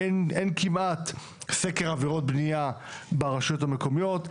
אין כמעט סקר עבירות בנייה ברשויות המקומיות,